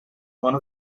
one